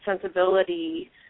sensibility